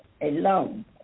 alone